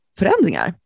förändringar